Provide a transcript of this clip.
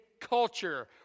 culture